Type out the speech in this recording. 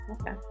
Okay